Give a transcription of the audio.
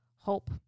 hope